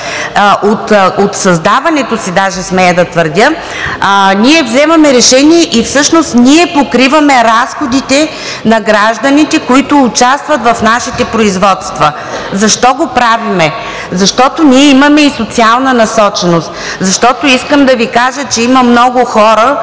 от създаването си, даже смея да твърдя, ние вземаме решения и всъщност ние покриваме разходите на гражданите, които участват в нашите производства. Защо го правим? Защото ние имаме и социална насоченост. Защото искам да Ви кажа, че има много хора,